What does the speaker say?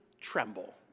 tremble